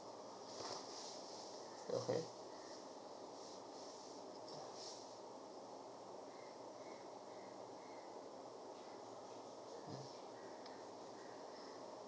okay mm